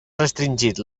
restringit